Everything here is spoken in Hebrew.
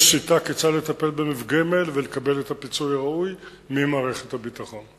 יש שיטה כיצד לטפל במפגעים האלה ולקבל את הפיצוי הראוי ממערכת הביטחון.